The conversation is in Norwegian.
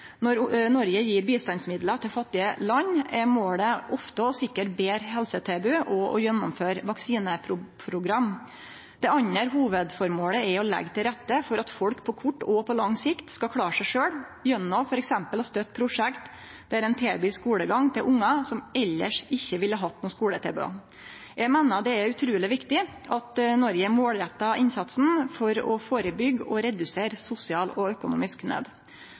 Når Noreg gjev bistandsmidlar til fattige land, er målet ofte å sikre betre helsetilbod og å gjennomføre vaksineprogram. Det andre hovudføremålet er å leggje til rette for at folk på kort og på lang sikt skal klare seg sjølve, gjennom f.eks. å støtte prosjekt der ein tilbyr skulegang til ungar som elles ikkje ville hatt noko skuletilbod. Eg meiner det er utruleg viktig at Noreg målrettar innsatsen for å førebyggje og redusere sosial og økonomisk